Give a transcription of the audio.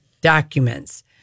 documents